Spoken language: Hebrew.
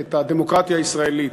את הדמוקרטיה הישראלית.